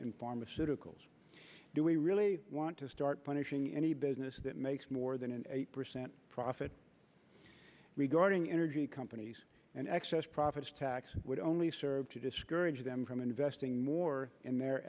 in pharmaceuticals do we really want to start punishing any business that makes more than an eight percent profit regarding energy companies an excess profits tax would only serve to discourage them from investing more in their